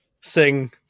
sing